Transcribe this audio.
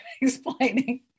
explaining